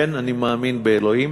כן, אני מאמין באלוהים,